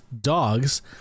dogs